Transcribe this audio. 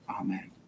Amen